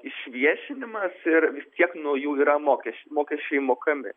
išviešinimas ir vis tiek nuo jų yra mokeš mokesčiai mokami